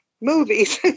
movies